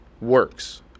works